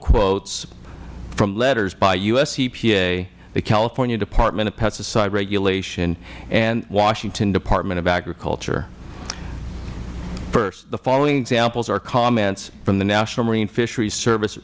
quotes from letters by u s epa the california department of pesticide regulation and washington department of agriculture first the following examples are comments from the national marine fisheries service